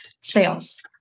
sales